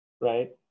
right